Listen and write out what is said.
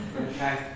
Okay